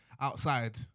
outside